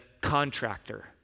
contractor